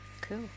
Cool